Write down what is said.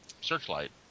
searchlight